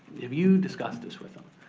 have you discussed this with em.